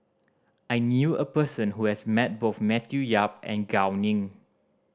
I knew a person who has met both Matthew Yap and Gao Ning